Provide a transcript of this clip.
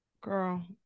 Girl